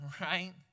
right